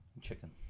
Chicken